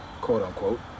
quote-unquote